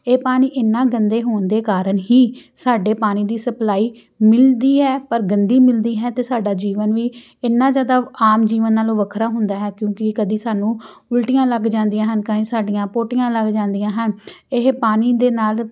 ਇਹ ਪਾਣੀ ਇੰਨਾ ਗੰਦੇ ਹੋਣ ਦੇ ਕਾਰਨ ਹੀ ਸਾਡੇ ਪਾਣੀ ਦੀ ਸਪਲਾਈ ਮਿਲਦੀ ਹੈ ਪਰ ਗੰਦੀ ਮਿਲਦੀ ਹੈ ਅਤੇ ਸਾਡਾ ਜੀਵਨ ਵੀ ਇੰਨਾ ਜ਼ਿਆਦਾ ਆਮ ਜੀਵਨ ਨਾਲੋਂ ਵੱਖਰਾ ਹੁੰਦਾ ਹੈ ਕਿਉਂਕਿ ਕਦੇ ਸਾਨੂੰ ਉਲਟੀਆਂ ਲੱਗ ਜਾਂਦੀਆਂ ਹਨ ਸਾਡੀਆਂ ਪੋਟੀਆਂ ਲੱਗ ਜਾਂਦੀਆਂ ਹਨ ਇਹ ਪਾਣੀ ਦੇ ਨਾਲ